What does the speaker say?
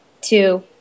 two